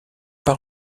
pas